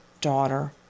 daughter